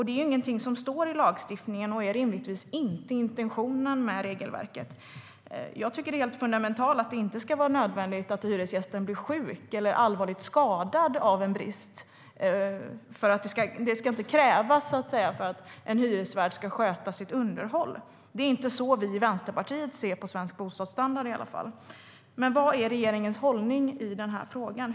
Det är ingenting som står i lagstiftningen och är rimligtvis inte intentionen med regelverket. Det är helt fundamentalt att det inte ska vara nödvändigt att hyresgästen blir sjuk eller allvarligt skadad av en brist. Det ska inte krävas för att en hyresvärd ska sköta sitt underhåll. Det är inte så vi i Vänsterpartiet ser på svensk bostadsstandard. Vad är regeringens hållning i frågan?